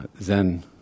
Zen